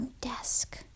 desk